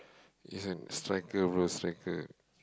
he's an striker bro striker